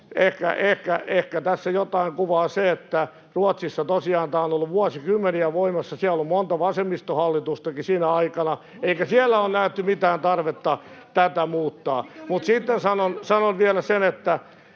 ehkä tässä jotain kuvaa se, että Ruotsissa tosiaan tämä on ollut vuosikymmeniä voimassa. Siellä on ollut monta vasemmistohallitustakin sinä aikana, eikä siellä ole nähty mitään tarvetta tätä muuttaa. [Vasemmalta: Montako